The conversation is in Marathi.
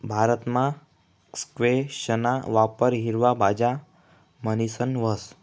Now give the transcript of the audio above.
भारतमा स्क्वैशना वापर हिरवा भाज्या म्हणीसन व्हस